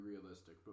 realistic